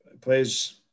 Please